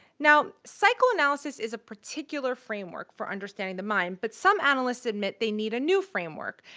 now, psychoanalysis is a particular framework for understanding the mind, but some analysts admit they need a new framework,